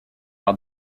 par